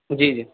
جی جی